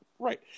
right